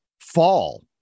fall